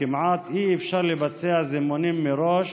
וכמעט אי-אפשר לבצע זימונים מראש